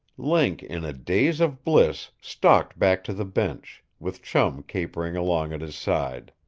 link, in a daze of bliss, stalked back to the bench with chum capering along at his side.